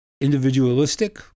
individualistic